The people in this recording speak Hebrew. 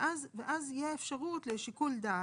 ואז תהיה אפשרות לשיקול דעת.